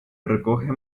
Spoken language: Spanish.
recoge